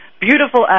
Beautiful